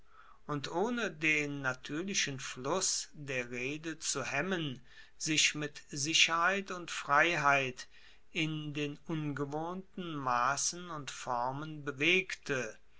und ohne den natuerlichen fluss der rede zu hemmen sich mit sicherheit und freiheit in den ungewohnten massen und formen bewegte